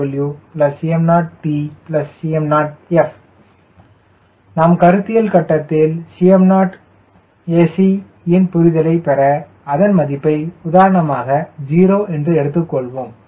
025 Cm0W Cm0t Cm0 f நாம் கருத்தியல் கட்டத்தில் Cm0ac யின் புரிதலைப் பெற அதன் மதிப்பை உதாரணமாக 0 என்று எடுத்துக்கொள்வோம்